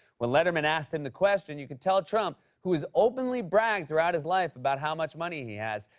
when letterman asked him the question, you could tell trump, who has openly bragged throughout his life about how much money he has,